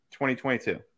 2022